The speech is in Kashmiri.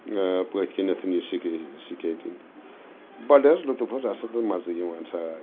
پٔتھۍ کِنٮ۪تھ یُس یہِ سِکیٹنٛگ بَڑٕ حظ لُطف حظ اَصٕل تہٕ مَزٕ یِوان سارنٕے